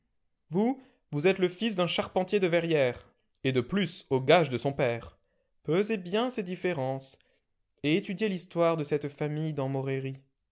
vous vous êtes le fils d'un charpentier de verrières et de plus aux gages de son père pesez bien ces différences et étudiez l'histoire de cette famille dans